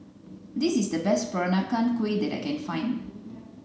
this is the best peranakan kueh that I can find